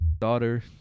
daughter